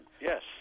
yes